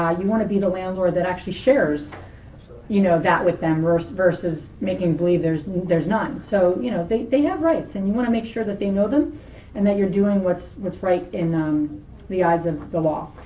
ah you want to be the landlord that actually shares you know that with them versus versus making believe there's there's none. so you know they they have rights and you want to make sure that they know them and that you're doing what's what's right in um the eyes of the law.